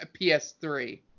PS3